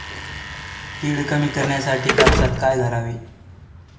कीड कमी करण्यासाठी कापसात काय घालावे?